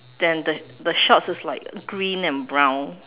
then the the shorts is like green and brown